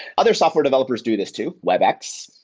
other software developers do this too, webex.